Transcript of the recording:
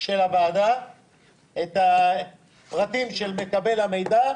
של הוועדה את הפרטים של מקבל המידע,